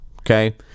Okay